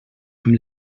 amb